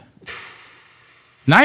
Nice